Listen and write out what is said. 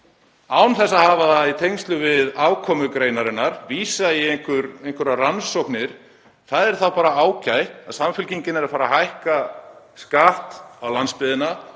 án þess að hafa það í tengslum við afkomu greinarinnar, vísa í einhverjar rannsóknir. Það er þá bara ágætt að Samfylkingin er að fara að hækka skatt á landsbyggðina.